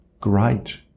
Great